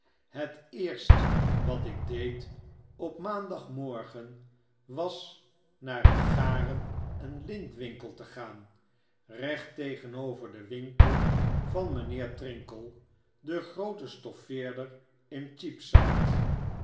het eerst wat ik deed op maandag morgen was naar den garen en lintwinkel te gaan recht tegenover den winkel van mynheer trinkle den grooten stoffeerder in cheapside